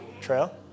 Trail